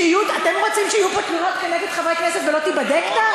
אתם רוצים שיהיו פה תלונות כנגד חברי כנסת ולא תיבדקנה?